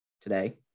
today